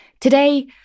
Today